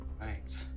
Right